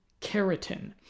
keratin